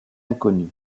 inconnue